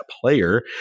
player